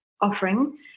offering